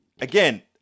Again